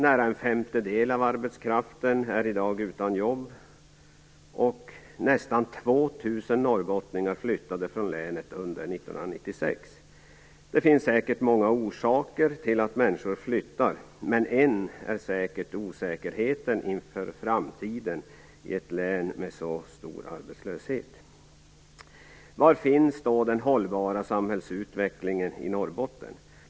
Nära en femtedel av arbetskraften är i dag utan jobb, och nästan 2 000 norrbottningar flyttade från länet under år 1996. Det finns många orsaker till att människor flyttar, men en är säkert osäkerheten inför framtiden i ett län med så stor arbetslöshet. Var finns då den hållbara samhällsutvecklingen i Norrbotten?